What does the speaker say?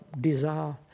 desire